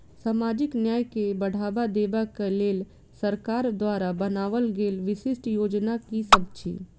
सामाजिक न्याय केँ बढ़ाबा देबा केँ लेल सरकार द्वारा बनावल गेल विशिष्ट योजना की सब अछि?